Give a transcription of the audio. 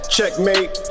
Checkmate